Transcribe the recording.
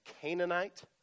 Canaanite